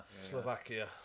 Slovakia